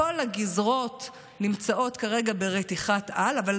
כל הגזרות נמצאות כרגע ברתיחת-על, אבל